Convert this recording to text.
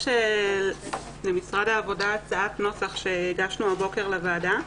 יש למשרד העבודה הצעת נוסח שהגשנו הבוקר לוועדה,